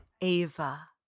Ava